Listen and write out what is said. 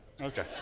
Okay